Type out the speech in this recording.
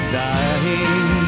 dying